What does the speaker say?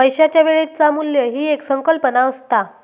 पैशाच्या वेळेचा मू्ल्य ही एक संकल्पना असता